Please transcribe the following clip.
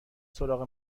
سراغ